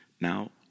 Now